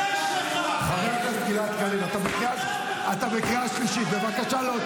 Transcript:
הכנסת גלעד קריב, אתה בקריאה ראשונה.